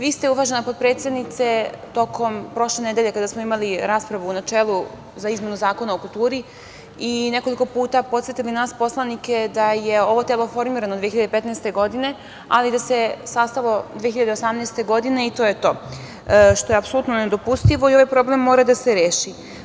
Vi ste, uvažena potpredsednice, tokom prošle nedelje, kada smo imali raspravu u načelu za izmenu Zakona o kulturi, nekoliko puta podsetili nas poslanike da je ovo telo formirano 2015. godine, ali da se sastalo 2018. godine i to je to, što je apsolutno nedopustivo i ovaj problem mora da se reši.